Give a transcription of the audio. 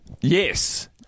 Yes